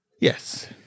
Yes